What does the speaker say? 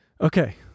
Okay